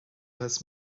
has